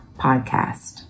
podcast